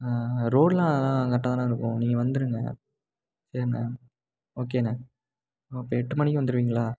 ரோடெலாம் அதெல்லாம் கரெக்ட்டாக தாண்ணா இருக்கும் நீங்கள் வந்துடுங்க சரிண்ண ஓகேண்ணா ஓகே எட்டு மணிக்கு வந்துடுவிங்களா